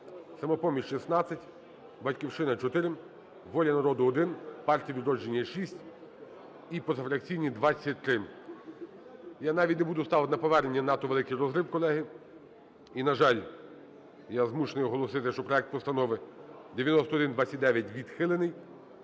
"Самопоміч" – 16, "Батьківщина" – 4, "Воля народу" – 1, Партія "Відродження" – 6, і позафракційні – 23. Я навіть не буду ставити на повернення. Надто великий розрив, колеги. І, на жаль, я змушений оголосити, що проект Постанови 9129 відхилений.